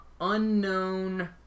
unknown